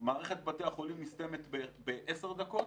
מערכת בתי החולים נסתמת בערך בעשר דקות